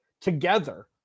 together